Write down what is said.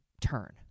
turn